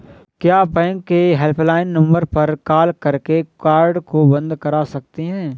क्या बैंक के helpline number पर कॉल करके कार्ड को बंद करा सकते हैं?